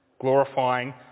Glorifying